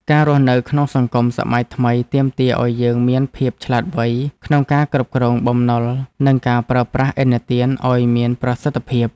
ការរស់នៅក្នុងសង្គមសម័យថ្មីទាមទារឱ្យយើងមានភាពឆ្លាតវៃក្នុងការគ្រប់គ្រងបំណុលនិងការប្រើប្រាស់ឥណទានឱ្យមានប្រសិទ្ធភាព។